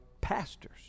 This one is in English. pastors